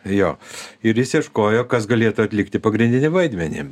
jo ir jis ieškojo kas galėtų atlikti pagrindinį vaidmenį